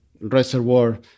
reservoir